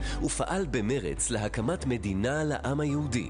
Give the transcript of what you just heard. פעל רק ב-7% מהם וכלל לא פעל,